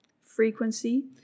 frequency